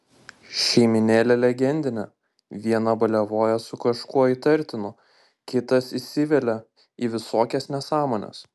šeimynėlė legendinė viena baliavoja su kažkuo įtartinu kitas įsivelia į visokias nesąmones